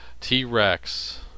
T-Rex